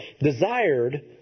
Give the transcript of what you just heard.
desired